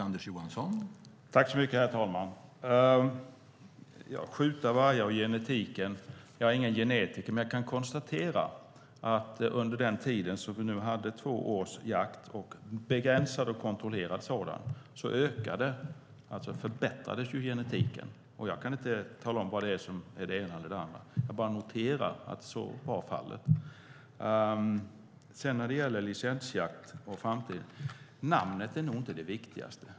Herr talman! Jag är inte genetiker, men under de två år som vi hade en begränsad och kontrollerad jakt förbättrades genetiken. Jag kan inte säga varför; jag bara noterar att det var så. När det gäller frågan om licensjakt och framtiden tror jag inte att namnet är det viktigaste.